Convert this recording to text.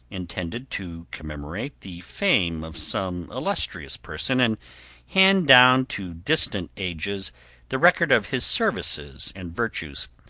intended to commemorate the fame of some illustrious person and hand down to distant ages the record of his services and virtues.